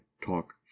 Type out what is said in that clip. talk